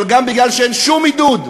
אבל גם בגלל שאין שום עידוד,